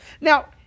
Now